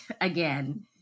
again